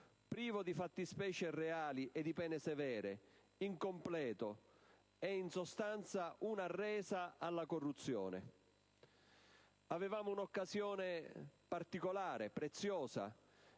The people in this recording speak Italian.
privo di fattispecie reali e di pene severe, incompleto, in sostanza una resa alla corruzione. Avevamo un'occasione particolare, preziosa,